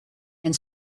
and